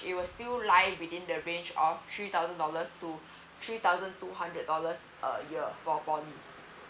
it was still lie within the range of three thousand dollars to three thousand two hundred dollars a year for poly